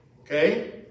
Okay